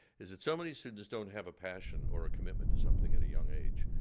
is that so many students don't have a passion or a commitment to something at a young age.